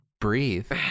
breathe